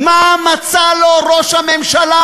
מה מצא לו ראש הממשלה